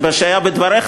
שהיה בדבריך,